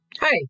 Hi